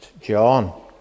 John